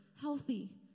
healthy